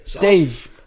Dave